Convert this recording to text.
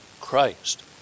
Christ